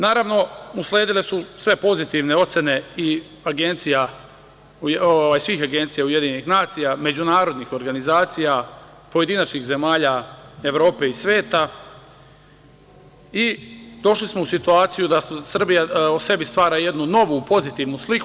Naravno, usledile su sve pozitivne ocene svih agencija UN, međunarodnih organizacija, pojedinačnih zemalja Evrope i sveta, i došli smo u situacija da Srbija stvara o sebi jednu novu pozitivnu sliku.